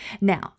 Now